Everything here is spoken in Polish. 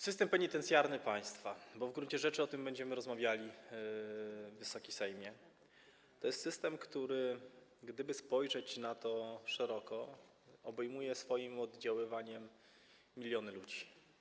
System penitencjarny państwa - bo w gruncie rzeczy o tym będziemy rozmawiali, Wysoki Sejmie - to jest system, gdyby spojrzeć na niego szeroko, który swoim oddziaływaniem obejmuje miliony ludzi.